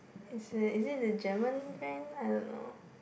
is it is it German brand I don't know